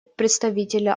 представителя